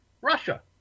Russia